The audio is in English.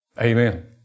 Amen